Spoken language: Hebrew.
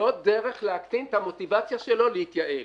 זו דרך להקטין את המוטיבציה שלו להתייעל,